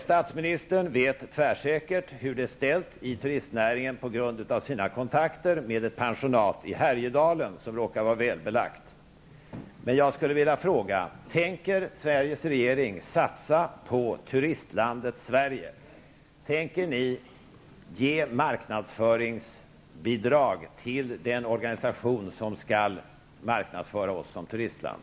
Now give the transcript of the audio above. Statsministern vet tvärsäkert hur det är ställt i turistnäringen, då han har kontakter med ett pensionat i Härjedalen som råkar vara välbelagt. Tänker Sveriges regering satsa på turistlandet Sverige? Tänker ni ge marknadsföringsbidrag till den organisation som skall marknadsföra Sverige som turistland?